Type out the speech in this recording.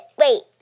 Wait